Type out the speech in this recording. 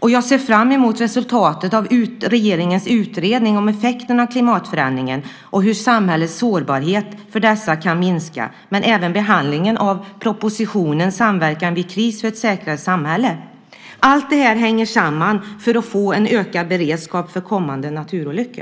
Jag ser fram emot resultatet av regeringens utredning om effekterna av klimatförändringarna och hur samhällets sårbarhet för dessa kan minska. Jag ser även fram emot behandlingen av propositionen Samverkan vid kris - för ett säkrare samhälle . Allt detta hänger samman för att vi ska få en ökad beredskap för kommande naturolyckor.